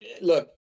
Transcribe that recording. look